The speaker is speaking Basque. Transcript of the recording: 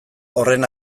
horren